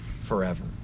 forever